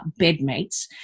bedmates